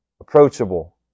approachable